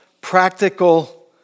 practical